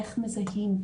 איך מזהים,